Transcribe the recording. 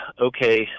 okay